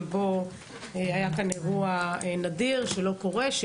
שבו היה כאן אירוע נדיר שלא קורה רבות,